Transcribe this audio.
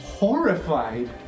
Horrified